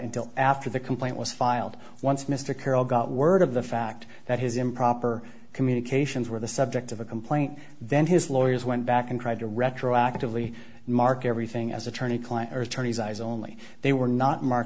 until after the complaint was filed once mr carroll got word of the fact that his improper communications were the subject of a complaint then his lawyers went back and tried to retroactively mark everything as attorney client or attorney's eyes only they were not mark